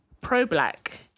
pro-black